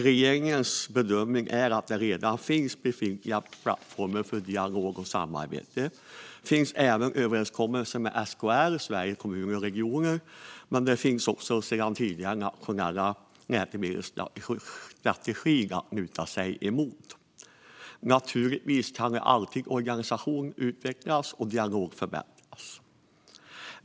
Regeringens bedömning är att det redan finns plattformar för dialog och samarbete. Det finns också överenskommelser med SKR, Sveriges Kommuner och Regioner, och sedan tidigare finns även den nationella läkemedelsstrategin att luta sig mot. Naturligtvis kan organisation alltid utvecklas och dialog alltid förbättras.